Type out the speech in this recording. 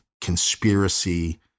conspiracy